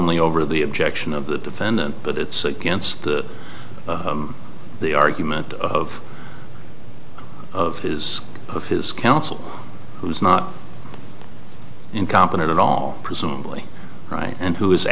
only over the objection of the defendant but it's against the the argument of of his of his counsel who is not incompetent at all presumably right and who is